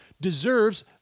deserves